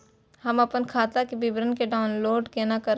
हम अपन खाता के विवरण के डाउनलोड केना करब?